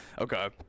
Okay